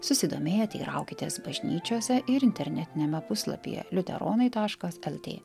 susidomėję teiraukitės bažnyčiose ir internetiniame puslapyje liuteronai taškas lt